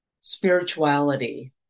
spirituality